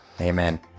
Amen